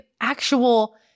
actual